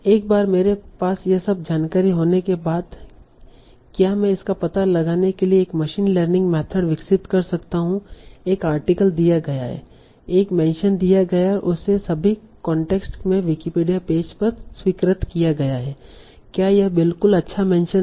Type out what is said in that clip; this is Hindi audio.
एक बार मेरे पास यह सब जानकारी होने के बाद क्या मैं इसका पता लगाने के लिए एक मशीन लर्निंग मेथड विकसित कर सकता हूं एक आर्टिकल दिया गया है एक मेंशन दिया गया है और इसे सभी कांटेक्स्ट में विकिपीडिया पेज पर स्वीकृत किया गया है क्या यह बिल्कुल अच्छा मेंशन है